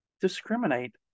discriminate